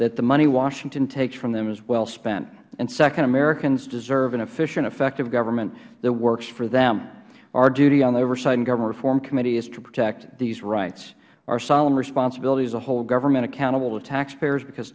that the money washington takes from them is well spent and second americans deserve an efficient effective government that works for them our duty on the oversight and government reform committee is to protect these rights our solemn responsibility is to hold government accountable to taxpayers because